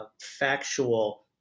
factual